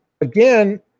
Again